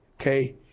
okay